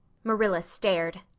marilla stared.